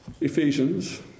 Ephesians